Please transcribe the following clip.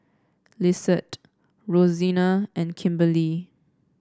Lissette Rosena and Kimberley